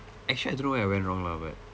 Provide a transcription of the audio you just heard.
actually I don't know where I went wrong lah but